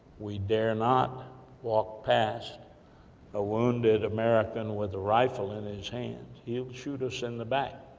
we dare not walk past a wounded american, with a rifle in and hands. he'll shoot us in the back,